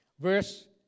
verse